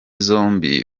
zombie